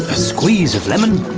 squeeze of lemon,